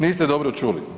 Niste dobro čuli.